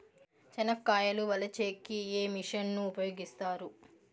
చెనక్కాయలు వలచే కి ఏ మిషన్ ను ఉపయోగిస్తారు?